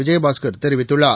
விஜயபாஸ்கர் தெரிவித்துள்ளார்